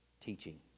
teaching